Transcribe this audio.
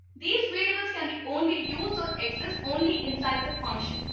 these variables can be only used or exists only inside the function.